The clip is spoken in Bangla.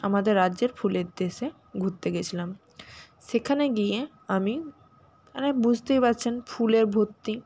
আমাদের রাজ্যের ফুলের দেশে ঘুত্তে গেছিলাম সেখানে গিয়ে আমি মানে বুঝতেই পাচ্ছেন ফুলে ভত্তি